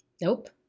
Nope